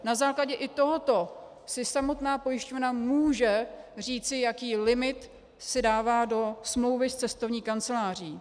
Na základě i tohoto si samotná pojišťovna může říci, jaký limit si dává do smlouvy s cestovní kanceláří.